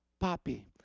papi